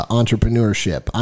entrepreneurship